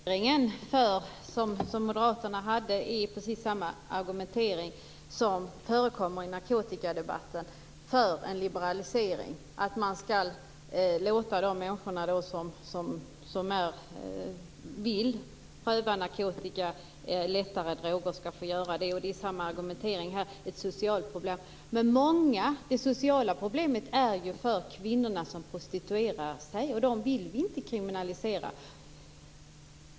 Fru talman! Jag sade just att moderaternas argumentering är precis samma argumentering som förekommer i narkotikadebatten för en liberalisering. Man skall låta de människor som vill pröva narkotika och lättare droger göra det. Det är samma argumentering här. Man menar att det är ett socialt problem. Men det är ju kvinnorna som prostituerar sig som har sociala problem. Dem vill vi inte kriminalisera.